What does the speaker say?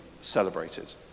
celebrated